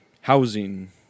housing